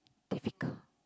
difficult